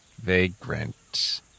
vagrant